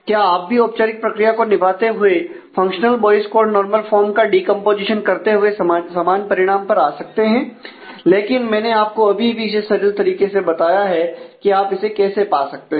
क्या आप भी औपचारिक प्रक्रिया को निभाते हुए functional Boyce Codd normal form का डीकंपोजिशन करते हुए समान परिणाम पर आ सकते हैं लेकिन मैंने आपको अभी अभी इसे सरल तरीके से बताया कि आप इसे कैसे पा सकते हैं